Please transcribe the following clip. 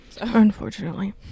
unfortunately